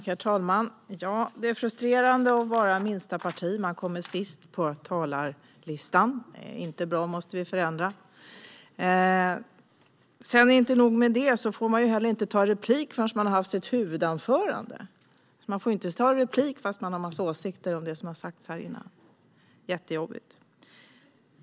Herr talman! Det är frustrerande att representera det minsta partiet. Man kommer sist på talarlistan. Det är inte bra - det måste vi förändra. Inte nog med det får man inte heller begära replik förrän man har hållit sitt huvudanförande. Man får inte begära replik fastän man har en massa åsikter om det som har sagts innan. Det är jättejobbigt!